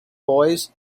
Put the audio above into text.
boys